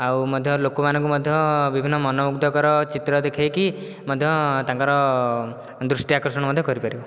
ଆଉ ମଧ୍ୟ ଲୋକମାନଙ୍କୁ ମଧ୍ୟ ବିଭିନ୍ନ ମନ ମୁଗ୍ଧକର ଚିତ୍ର ଦେଖେଇକି ମଧ୍ୟ ତାଙ୍କର ଦୃଷ୍ଟି ଆକର୍ଷଣ ମଧ୍ୟ କରିପାରିବ